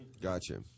Gotcha